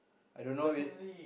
I don't know we